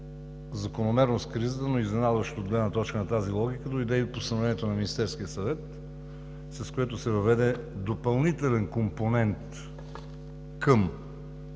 по-закономерно с кризата, но изненадващо от гледна точка на тази логика, дойде и постановлението на Министерския съвет, с което се въведе допълнителен компонент към